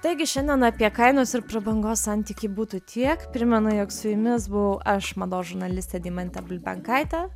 taigi šiandien apie kainos ir prabangos santykį būtų tiek primenu jog su jumis buvau aš mados žurnalistė deimantė bulbenkaitė